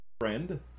friend